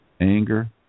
anger